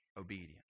obedience